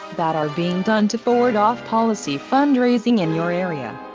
that are being done to forward off-policy fund-raising in your area.